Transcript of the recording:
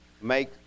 Make